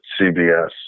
CBS